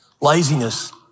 Laziness